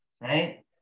right